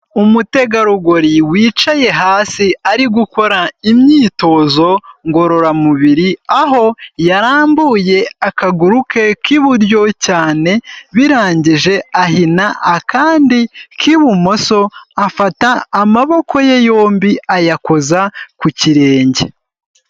Umutegarugori wicaye hasi ari gukora imyitozo ngororamubiri, aho yarambuye akaguru ke k'iburyo cyane, birangije ahina akandi k'ibumoso afata amaboko ye yombi ayakoza ku kirenge.